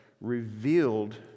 revealed